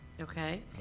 okay